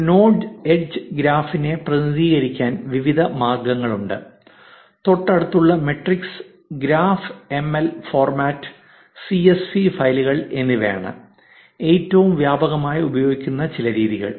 ഒരു node edge ഗ്രാഫിനെ പ്രതിനിധീകരിക്കാൻ വിവിധ മാർഗങ്ങളുണ്ട് തൊട്ടടുത്തുള്ള matrix graph M L format C S V ഫയലുകൾ എന്നിവയാണ് ഏറ്റവും വ്യാപകമായി ഉപയോഗിക്കുന്ന ചില രീതികൾ